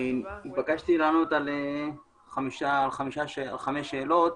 התבקשתי לענות על חמש שאלות,